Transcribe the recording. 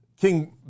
King